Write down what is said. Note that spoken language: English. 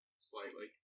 slightly